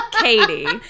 katie